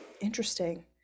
Interesting